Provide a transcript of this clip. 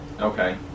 Okay